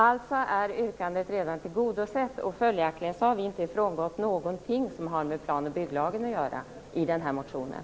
Alltså är yrkandet redan tillgodosett, och följaktligen har vi i den här motionen inte på något sätt frångått plan och bygglagen.